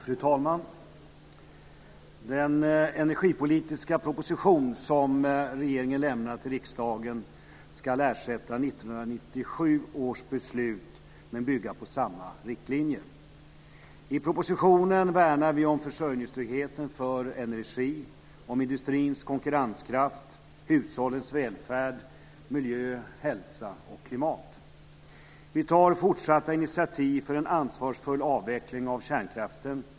Fru talman! Den energipolitiska proposition som regeringen lämnat till riksdagen ska ersätta 1997 års beslut men bygga på samma riktlinjer. I propositionen värnar vi om försörjningstryggheten för energi, om industrins konkurrenskraft, om hushållens välfärd samt om miljö, hälsa och klimat. Vi tar fortsatta initiativ för en ansvarsfull avveckling av kärnkraften.